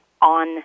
on